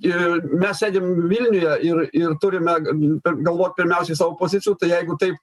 ir mes sėdim vilniuje ir ir turime em galvot pirmiausiai savo pozicijų tai jeigu taip